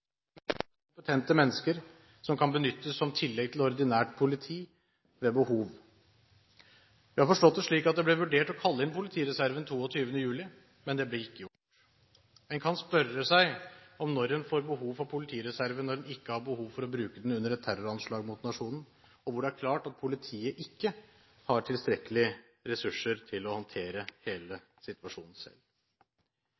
kompetente mennesker som kan benyttes som tillegg til ordinært politi ved behov. Vi har forstått det slik at det ble vurdert å kalle inn politireserven den 22. juli, men det ble ikke gjort. En kan spørre seg om når en får behov for politireserven når en ikke har behov for å bruke den under et terroranslag mot nasjonen, og når det er klart at politiet ikke har tilstrekkelige ressurser til å håndtere hele